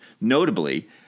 notably